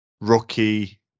rookie